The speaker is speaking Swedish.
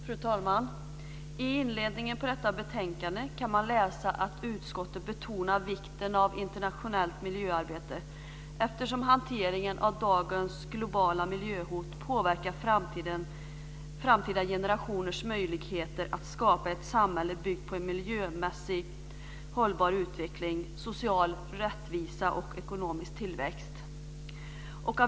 Fru talman! I inledningen till detta betänkande kan man läsa att utskottet betonar vikten av internationellt miljöarbete eftersom hanteringen av dagens globala miljöhot påverkar framtida generationers möjligheter att skapa ett samhälle byggt på en miljömässigt hållbar utveckling, social rättvisa och ekonomisk tillväxt.